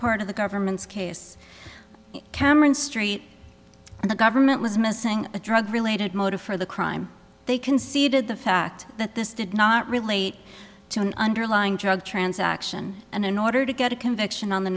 part of the government's case cameron street and the government was missing a drug related motive for the crime they conceded the fact that this did not relate to an underlying drug transaction and in order to get a conviction on the